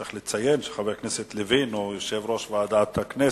צריך לציין שחבר הכנסת לוין הוא גם יושב-ראש ועדת הכנסת.